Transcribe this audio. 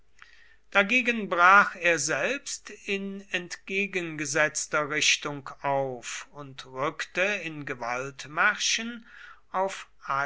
dagegen brach er selbst in entgegengesetzter richtung auf und rückte in gewaltmärschen auf